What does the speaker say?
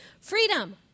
freedom